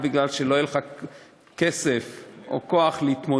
או כי לא היה לך כסף או כוח להתמודד.